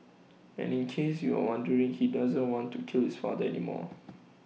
and in case you were wondering he doesn't want to kill his father anymore